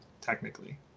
technically